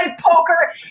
poker